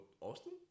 Austin